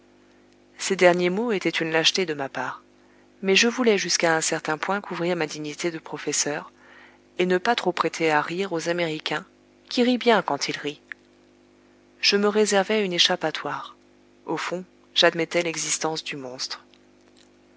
ces derniers mots étaient une lâcheté de ma part mais je voulais jusqu'à un certain point couvrir ma dignité de professeur et ne pas trop prêter à rire aux américains qui rient bien quand ils rient je me réservais une échappatoire au fond j'admettais l'existence du monstre